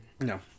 No